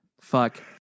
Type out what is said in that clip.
Fuck